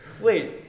Wait